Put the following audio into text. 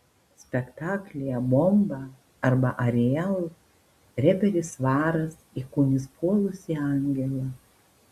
spektaklyje bomba arba ariel reperis svaras įkūnys puolusį angelą